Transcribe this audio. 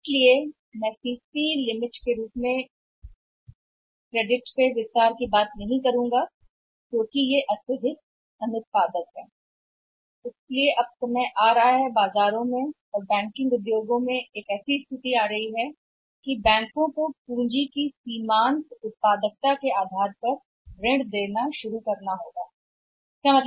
इसलिए वे सीसी सीमा के रूप में क्रेडिट का विस्तार नहीं कर सकते हैं जो अत्यधिक अनुत्पादक है इसलिए अब समय आ गया है कि बाजार में बैंकिंग उद्योग में भी स्थिति उत्पन्न हो वे हैं कि बैंकों को भी सीमान्त उत्पादकता के आधार पर ऋण देना शुरू करना होगा पूंजी की पूंजीगत उत्पादकता